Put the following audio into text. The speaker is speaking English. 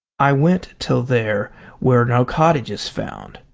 i went till there were no cottages found.